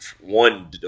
one